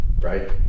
right